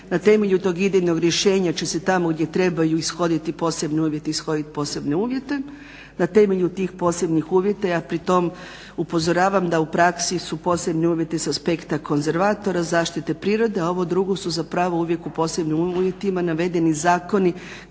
Na temelju tog idejnog rješenja će se tamo gdje trebaju ishoditi posebni uvjeti ishodit posebne uvjete, na temelju tih posebnih uvjeta ja pri tom upozoravam da u praksi su posebni uvjeti s aspekta konzervatora, zaštite prirode, a ovo drugo su zapravo uvijek u posebnim uvjetima navedeni zakoni